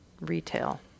retail